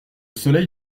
soleil